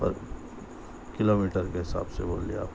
پر kilometre کے حساب سے بولیے آپ